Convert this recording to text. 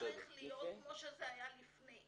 זה צריך להיות כמו שזה היה לפני.